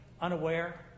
unaware